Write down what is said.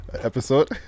episode